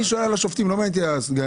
אני שואל על השופטים, לא מעניין אותי הסגנים.